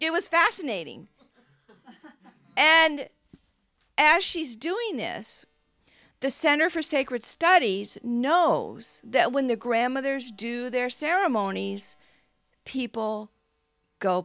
it was fascinating and as she's doing this the center for sacred studies know that when the grandmothers do their ceremonies people go